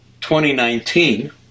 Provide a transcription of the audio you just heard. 2019